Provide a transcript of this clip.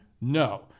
No